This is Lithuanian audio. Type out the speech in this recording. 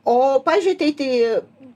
o pavyzdžiui ateiti